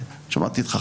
שמעתי אותך,